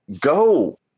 Go